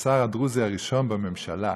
כשר הדרוזי הראשון בממשלה,